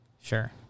Sure